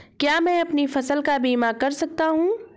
क्या मैं अपनी फसल का बीमा कर सकता हूँ?